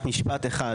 רק משפט אחד.